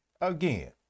again